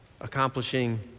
accomplishing